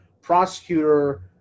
prosecutor